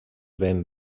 ben